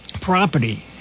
property